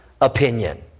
opinion